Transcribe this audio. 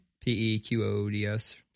P-E-Q-O-D-S